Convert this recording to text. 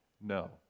No